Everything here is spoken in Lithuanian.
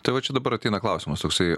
tai va čia dabar ateina klausimas toksai